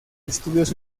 estudios